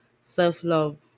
Self-love